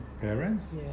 parents